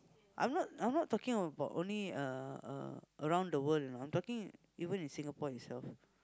I'm not I'm not talking about only uh uh around the world you know I'm talking even in Singapore itself